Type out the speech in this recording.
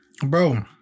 Bro